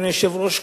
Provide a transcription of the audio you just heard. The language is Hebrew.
אדוני היושב-ראש,